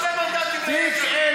חבר הכנסת מיקי מכלוף זוהר,